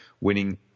winning